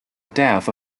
death